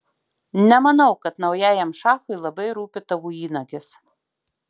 nemanau kad naujajam šachui labai rūpi tavo įnagis